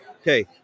okay